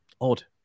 Odd